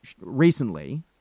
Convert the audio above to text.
recently